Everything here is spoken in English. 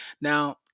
Now